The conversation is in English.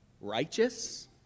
righteous